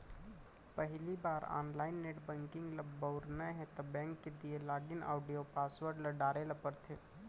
पहिली बार online net banking ल बउरना हे त बेंक के दिये लॉगिन आईडी अउ पासवर्ड ल डारे ल परथे